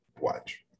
Watch